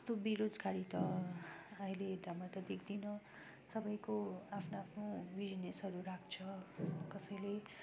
त्यस्तो बेरोजरागी त अहिले त म त देख्दिनँ सबैको आफ्नो आफ्नो बिजनेसहरू राख्छ कसैले